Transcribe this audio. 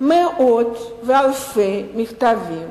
מאות ואלפי מכתבים